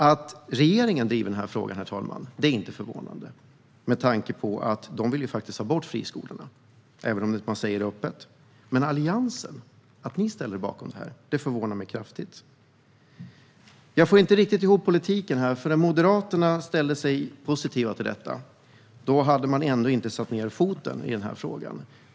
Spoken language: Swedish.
Att regeringen driver den här frågan är inte förvånande, med tanke på att de faktiskt vill ha bort friskolorna, även om de inte säger det öppet. Men att Alliansen ställer sig bakom detta förvånar mig kraftigt. Jag får inte riktigt ihop politiken. När Moderaterna ställde sig positiva till detta hade de ännu inte satt ned foten i den här frågan.